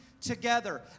together